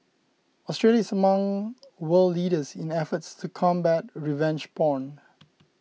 Australia is among world leaders in efforts to combat revenge porn